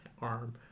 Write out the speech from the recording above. arm